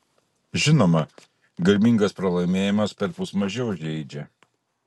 žinoma garbingas pralaimėjimas perpus mažiau žeidžia